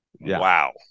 Wow